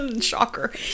shocker